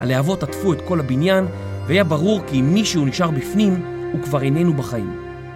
הלהבות עטפו את כל הבניין והיה ברור כי אם מישהו נשאר בפנים הוא כבר איננו בחיים.